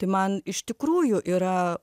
tai man iš tikrųjų yra